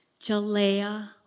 Jalea